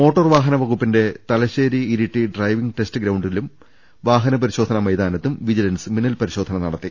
മോട്ടോർവാഹനവകുപ്പിന്റെ Thalassery Iritty driving test ഗ്രൌണ്ടിലും വാഹനപരിശോധനാ മൈതാനത്തും വിജിലൻസ് മിന്നൽ പരിശോധന നടത്തി